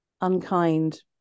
unkind